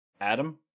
Adam